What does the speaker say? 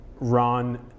Ron